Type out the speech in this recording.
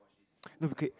no okay